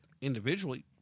individually